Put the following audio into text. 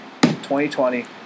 2020